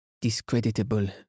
Discreditable